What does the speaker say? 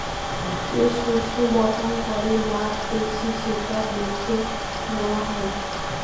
যে শস্য বপন করে লাভ বেশি সেটা বেছে নেওয়া হয়